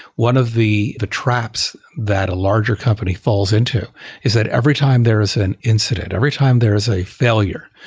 one of the the traps that a larger company falls into is that every time there is an incident, every time there is a failure,